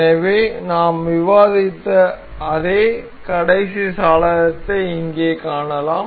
எனவே நாம் விவாதித்த அதே கடைசி சாளரத்தை இங்கே காணலாம்